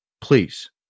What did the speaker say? please